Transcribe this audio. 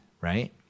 right